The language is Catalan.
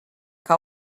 que